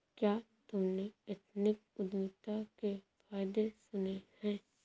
क्या तुमने एथनिक उद्यमिता के फायदे सुने हैं?